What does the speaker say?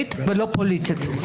עצמאית ולא פוליטית.